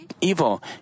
evil